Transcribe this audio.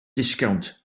disgownt